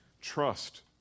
Trust